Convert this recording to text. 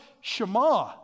Shema